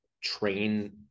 train